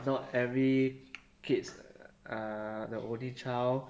not every kids are the only child